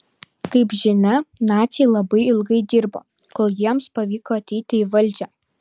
kaip žinia naciai labai ilgai dirbo kol jiems pavyko ateiti į valdžią